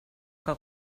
que